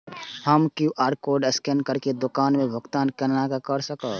हम QR code scan करके दुकान में भुगतान केना कर सकब?